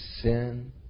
sin